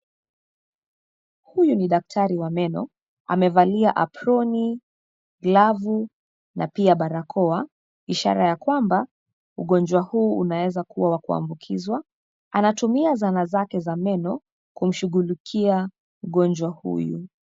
Huyu ni daktari wa meno. Amevalia aproni, glavu, na pia barakoa, ishara ya kwamba, ugonjwa huu unaweza kuwa wa kuambukizwa. Anatumia zana zake za meno, kumshughulikia, mgonjwa huyu.